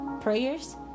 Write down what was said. prayers